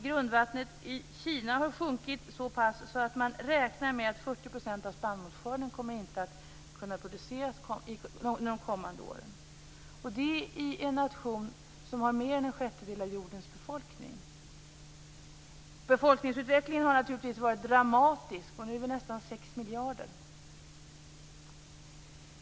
Grundvattnet i Kina har sjunkit så pass att man räknar med att 40 % av spannmålsskörden inte kommer att kunna produceras under de kommande åren, och det i en nation som har mer än 1/6 av jordens befolkning. Befolkningsutvecklingen har naturligtvis varit dramatisk. Nu är vi nästan 6 miljarder.